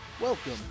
Welcome